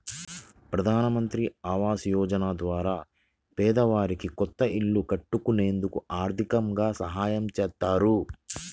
ప్రధానమంత్రి ఆవాస యోజన ద్వారా పేదవారికి కొత్త ఇల్లు కట్టుకునేందుకు ఆర్దికంగా సాయం చేత్తారు